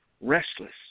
restless